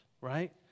right